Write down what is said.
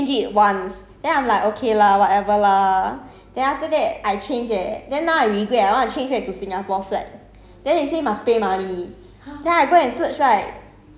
then they say that time they prompt me you can only change it once then I'm like okay lah whatever lah then after that I change eh then now I regret I want to change back to singapore flag